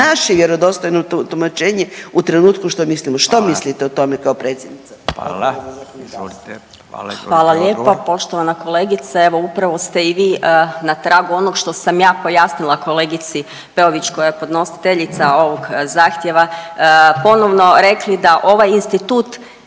naše vjerodostojno tumačenje u trenutku što mislimo, što mislite o tome kao predsjednica? **Radin, Furio (Nezavisni)** Hvala. Izvolite odgovor. **Jelkovac, Marija (HDZ)** Hvala lijepa. Poštovana kolegice, evo upravo ste i vi na tragu onog što sam ja pojasnila kolegici Peović koja je podnositeljica ovog zahtjeva, ponovno rekli da ovaj institut